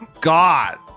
God